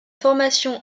formation